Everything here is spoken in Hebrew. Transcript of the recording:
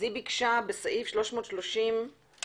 ביקשה בסעיף 330יא(ג),